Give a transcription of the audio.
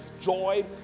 joy